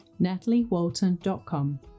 nataliewalton.com